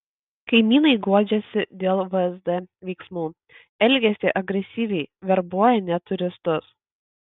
kaimynai guodžiasi dėl vsd veiksmų elgiasi agresyviai verbuoja net turistus